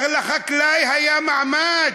לחקלאי היה מעמד.